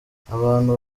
abantu